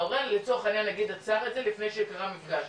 ההורה יחד לצורך העניין עצר את זה לפני שקרה מפגש,